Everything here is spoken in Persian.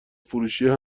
فروشیه